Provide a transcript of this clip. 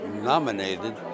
nominated